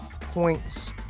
points